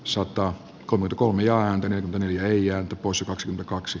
sota kolme kolme ja antanut neljä eija osaksemme kaksi